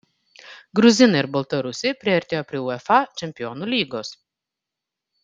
gruzinai ir baltarusiai priartėjo prie uefa čempionų lygos